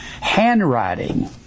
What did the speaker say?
handwriting